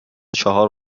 چهار